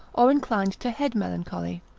or inclined to head-melancholy.